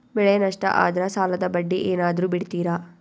ಬೆಳೆ ನಷ್ಟ ಆದ್ರ ಸಾಲದ ಬಡ್ಡಿ ಏನಾದ್ರು ಬಿಡ್ತಿರಾ?